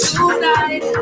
Tonight